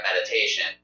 meditation